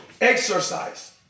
exercise